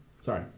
Sorry